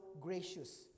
gracious